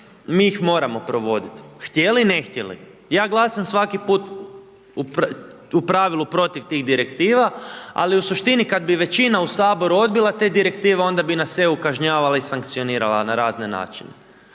mi ih moramo provodit, htjeli, ne htjeli, ja glasam svaki put u pravilu protiv tih Direktiva, ali u suštini kad bi većina u HS odbila te Direktive, onda bi nas EU kažnjavala i sankcionirala na razne načine.